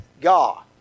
God